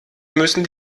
müssen